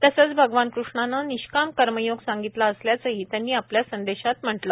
तसंच अगवान कृष्णानं निष्काम कर्मयोग सांगितलं असल्याचंही त्यांनी आपल्या संदेशात म्हटलं